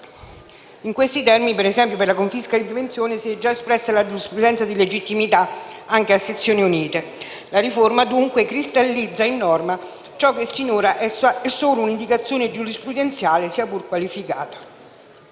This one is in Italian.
(in questi termini, per la confisca di prevenzione, si è già espressa la giurisprudenza di legittimità, anche a sezioni unite). La riforma, dunque, cristallizza in norma ciò che sinora è solo un'indicazione giurisprudenziale, sia pur qualificata.